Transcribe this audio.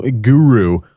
guru